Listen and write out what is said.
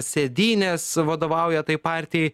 sėdynės vadovauja tai partijai